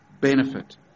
benefit